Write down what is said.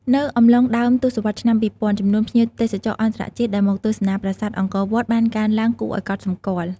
នៅអំឡុង ដើមទសវត្សរ៍ឆ្នាំ ២០០០ ចំនួនភ្ញៀវទេសចរអន្តរជាតិដែលមកទស្សនាប្រាសាទអង្គរវត្តបានកើនឡើងគួរឲ្យកត់សម្គាល់។